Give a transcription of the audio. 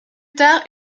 tard